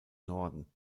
norden